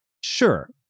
sure